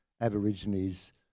Aborigines